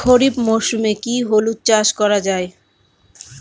খরিফ মরশুমে কি হলুদ চাস করা য়ায়?